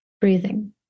breathing